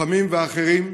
הלוחמים והאחרים,